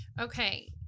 okay